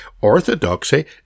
orthodoxy